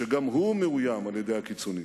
שגם הוא מאוים על-ידי הקיצונים.